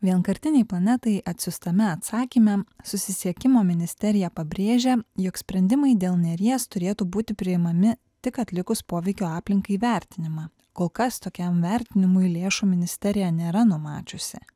vienkartinei planetai atsiųstame atsakyme susisiekimo ministerija pabrėžia jog sprendimai dėl neries turėtų būti priimami tik atlikus poveikio aplinkai vertinimą kol kas tokiam vertinimui lėšų ministerija nėra numačiusi